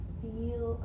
feel